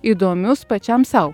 įdomius pačiam sau